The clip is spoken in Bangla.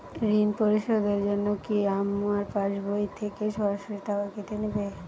ঋণ পরিশোধের জন্য কি আমার পাশবই থেকে সরাসরি টাকা কেটে নেবে?